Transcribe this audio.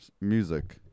Music